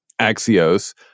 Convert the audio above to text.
Axios